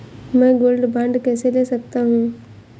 मैं gold bond कैसे ले सकता हूँ?